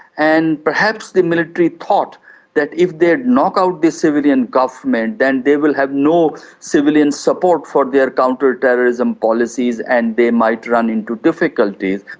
and perhaps the military thought that if they knock out the civilian government then they will have no civilian support for their counterterrorism policies and they might run into difficulties.